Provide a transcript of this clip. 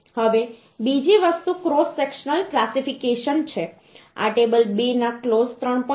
હવે બીજી વસ્તુ ક્રોસ સેક્શનલ ક્લાસિફિકેશન છે આ ટેબલ 2 ના ક્લોઝ 3